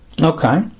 Okay